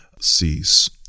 cease